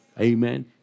Amen